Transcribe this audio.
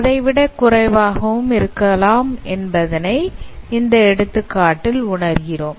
அதைவிட குறைவாகவும் இருக்கலாம் என்பதனை இந்த எடுத்துக்காட்டில் உணர்கிறோம்